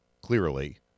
clearly –